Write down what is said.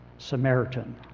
Samaritan